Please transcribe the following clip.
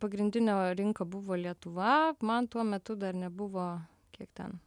pagrindinio rinka buvo lietuva man tuo metu dar nebuvo kiek ten